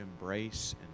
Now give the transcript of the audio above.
embrace